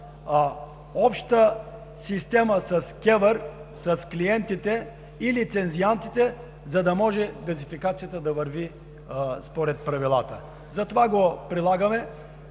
обща система с КЕВР, с клиентите и лицензиантите, за да може газификацията да върви според правилата – затова го прилагаме.